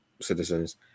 citizens